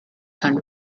and